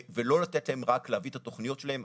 ולא לתת להם רק להביא את התוכניות שלהם.